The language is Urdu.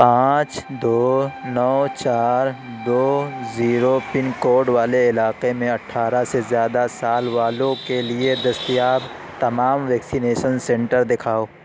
پانچ دو نو چار دو زیرو پن کوڈ والے علاقے میں اٹھارہ سے زیادہ سال والوں کے لیے دستیاب تمام ویکسینیشن سینٹر دکھاؤ